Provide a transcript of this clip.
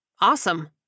Awesome